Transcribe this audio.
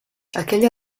aquella